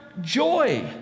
joy